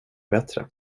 bättre